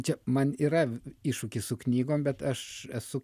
čia man yra iššūkis su knygom bet aš esu